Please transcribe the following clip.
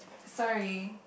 sorry